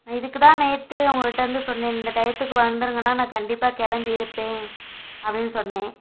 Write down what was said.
நான் இதுக்கு தான் நேற்றே உங்ககிட்ட வந்து சொன்னேன் இந்த டையத்துக்கு வந்திருங்கண்ணா நான் கண்டிப்பாக கிளம்பி இருப்பேன் அப்படின்னு சொன்னேன்